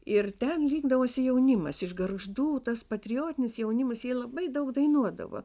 ir ten rinkdavosi jaunimas iš gargždų tas patriotinis jaunimas jie labai daug dainuodavo